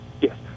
Yes